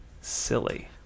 silly